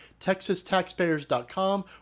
TexasTaxpayers.com